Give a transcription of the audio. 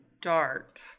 dark